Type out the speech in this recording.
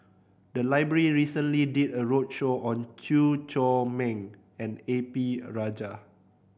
the library recently did a roadshow on Chew Chor Meng and A P Rajah